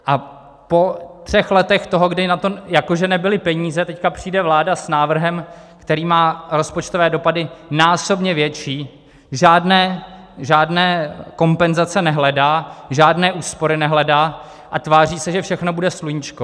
A po třech letech toho, kdy na to jako že nebyly peníze, teď přijde vláda s návrhem, který má rozpočtové dopady násobně větší, žádné kompenzace nehledá, žádné úspory nehledá a tváří se, všechno bude sluníčkové.